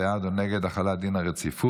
המליאה אישרה, כולם היו בעד החלת דין הרציפות,